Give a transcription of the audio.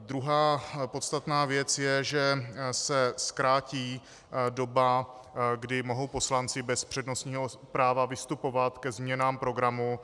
Druhá podstatná věc je, že se zkrátí doba, kdy mohou poslanci bez přednostního práva vystupovat ke změnám programu.